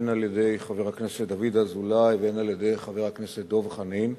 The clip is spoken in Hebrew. הן על-ידי חבר הכנסת דוד אזולאי והן על-ידי חבר הכנסת דב חנין.